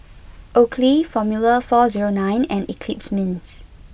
Oakley Formula four zero nine and Eclipse Mints